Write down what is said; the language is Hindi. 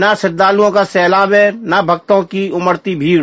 ना श्रद्धालुओं का सैलाब है न भक्तों की उमड़ती भीड़